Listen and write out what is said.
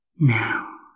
now